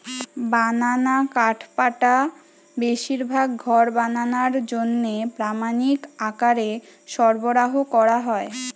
বানানা কাঠপাটা বেশিরভাগ ঘর বানানার জন্যে প্রামাণিক আকারে সরবরাহ কোরা হয়